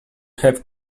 have